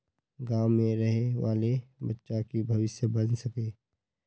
गाँव में रहे वाले बच्चा की भविष्य बन सके?